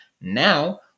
Now